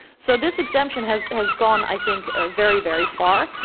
so, this exemption has has gone, i think, ah very, very far,